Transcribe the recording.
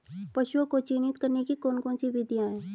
पशुओं को चिन्हित करने की कौन कौन सी विधियां हैं?